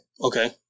Okay